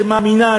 שמאמינה,